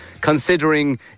considering